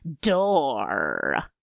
door